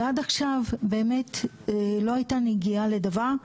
ועד עכשיו לא הייתה נגיעה לדבר.